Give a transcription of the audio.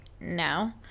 no